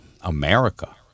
America